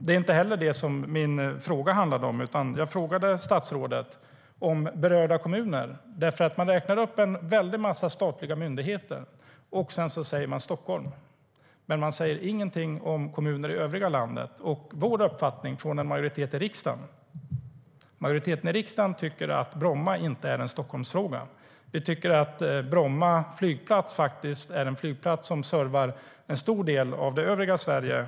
Det är inte heller det som min fråga handlade om, utan jag frågade statsrådet om berörda kommuner. Man räknar nämligen upp en väldig massa statliga myndigheter. Sedan säger man Stockholm, men man säger ingenting om kommuner i övriga landet. Majoriteten i riksdagen tycker att Brommafrågan inte är en Stockholmsfråga. Vi tycker att Bromma flygplats faktiskt är en flygplats som servar en stor del av övriga Sverige.